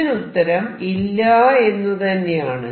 ഇതിനുത്തരം ഇല്ല എന്നുതന്നെയാണ്